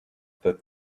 that